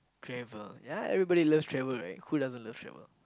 travel ya everybody loves travel right who doesn't love travel